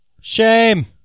Shame